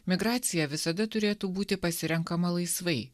migracija visada turėtų būti pasirenkama laisvai